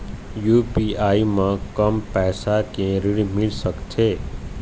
UPI म कम पैसा के ऋण मिल सकथे?